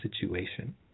situation